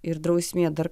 ir drausmė dar